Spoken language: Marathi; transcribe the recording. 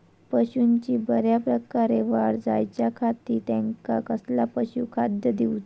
पशूंची बऱ्या प्रकारे वाढ जायच्या खाती त्यांका कसला पशुखाद्य दिऊचा?